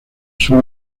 sur